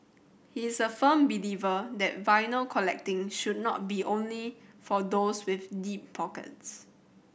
he's a firm believer that vinyl collecting should not be only for those with deep pockets